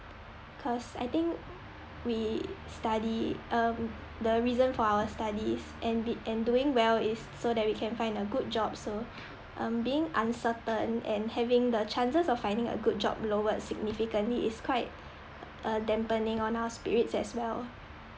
cause I think we study um the reason for our studies and bit and doing well is so that we can find a good job so um being uncertain and having the chances of finding a good job lowered significantly is quite uh dampening on our spirits as well